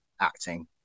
acting